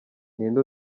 ninde